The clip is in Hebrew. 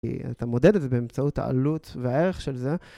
כי אתה מודד את זה באמצעות העלות והערך של זה.